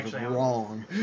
wrong